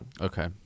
okay